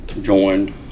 joined